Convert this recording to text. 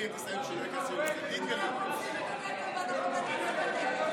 אתם רומסים את הדגל ולא ניתן לזה לקרות.